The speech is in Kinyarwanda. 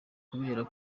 kubera